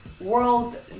world